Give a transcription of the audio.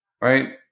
right